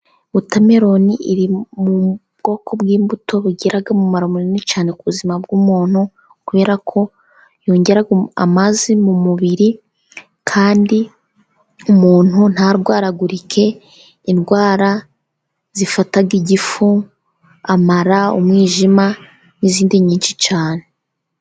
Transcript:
Wotameroni iri mu bwoko bw'imbuto bugira umumaro munini cyane ku buzima bw'umuntu, kubera ko yongera amazi mu mubiri, kandi umuntu ntarwaragurike indwara zifata igifu, amara, umwijima, n'izindi nyinshi cyane.